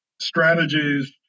strategies